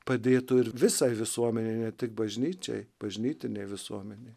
padėtų ir visai visuomenei ne tik bažnyčiai bažnytinė visuomenė